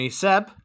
seb